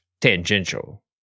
tangential